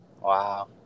wow